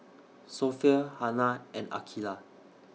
Sofea Hana and Aqilah